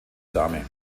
dame